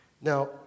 Now